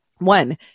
One